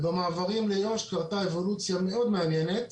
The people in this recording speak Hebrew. במעברים ליו"ר קרתה אבולוציה מאוד מעניינת.